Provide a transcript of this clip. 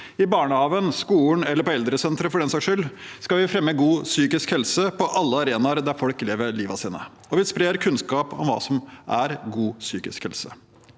i barnehagen, i skolen eller på eldresenteret for den saks skyld, skal vi fremme god psykisk helse på alle arenaer der folk lever livet sitt, og vi sprer kunnskap om hva som er god psykisk helse.